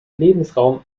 lebensraum